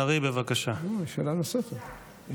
שאלת המשך לחברת הכנסת בן ארי, בבקשה.